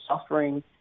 suffering